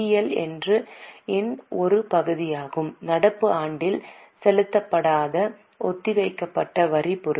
L இன் ஒரு பகுதியாகும் நடப்பு ஆண்டில் செலுத்தப்படாத ஒத்திவைக்கப்பட்ட வரி பொறுப்பு